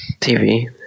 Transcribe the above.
TV